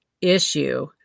issue